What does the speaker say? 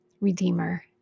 redeemer